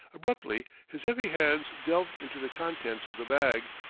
abruptly his heavy hands delved into the contents of the bag,